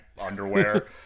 underwear